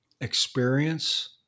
experience